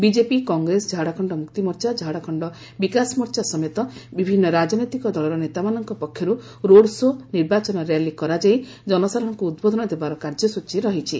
BJP Congress Jharkhand Mukti Morcha Jharkhand Vikas Morcha ସମେତ ବିଭିନ୍ନ ରାଜନୈତିକ ଦଳର ନେତାମାନଙ୍କ ପକ୍ଷରୁ ରୋଡସୋ ନିର୍ବାଚନ ର୍ୟାଲି କରାଯାଇ ଜନସାଧାରଣଙ୍କୁ ଉଦ୍ବୋଧନ ଦେବାର କାର୍ଯ୍ୟସ୍ଚୀ ରହିଛି